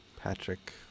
Patrick